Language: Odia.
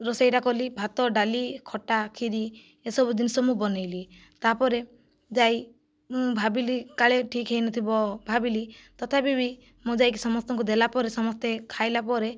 ରୋଷେଇଟା କଲି ଭାତ ଡାଲି ଖଟା କ୍ଷୀରି ଏସବୁ ଜିନିଷ ମୁଁ ବନାଇଲି ତା'ପରେ ଯାଇ ମୁଁ ଭାବିଲି କାଳେ ଠିକ ହୋଇନଥିବ ଭାବିଲି ତଥାପି ବି ମୁଁ ଯାଇକି ସମସ୍ତଙ୍କୁ ଦେଲା ପରେ ସମସ୍ତେ ଖାଇଲା ପରେ